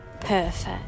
perfect